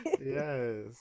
yes